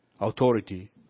authority